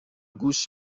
گوش